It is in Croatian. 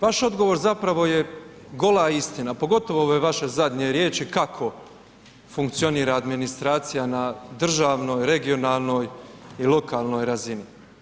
Jer vaš odgovor zapravo je gola istina, pogotovo ove vaše zadnje riječi kako funkcionira administracija na državnoj, regionalnoj i lokalnoj razini.